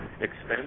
expense